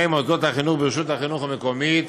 מוסדרות החינוך ברשות החינוך המקומית,